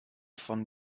von